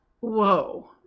Whoa